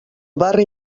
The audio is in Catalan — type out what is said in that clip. barri